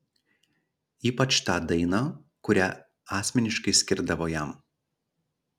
ypač tą dainą kurią asmeniškai skirdavo jam